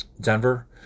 Denver